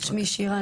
שמי שירה,